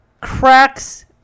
cracks